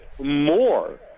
more